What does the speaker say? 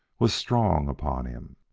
was strong upon him.